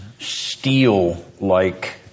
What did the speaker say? steel-like